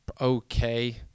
okay